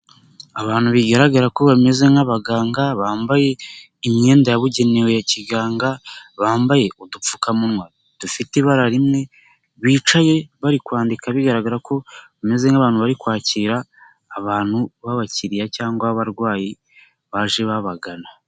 Abantu bigaragara ko bameze nk'abaganga, bambaye imyenda yabugenewe ya kiganga, bambaye udupfukamunwa dufite ibara rimwe, bicaye bari kwandika bigaragara ko bameze nk'abantu bari kwakira abantu b'abakiriya cyangwa abarwayi baje babagana.